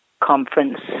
conference